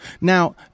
Now